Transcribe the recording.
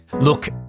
Look